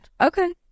okay